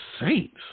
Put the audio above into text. saints